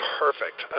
perfect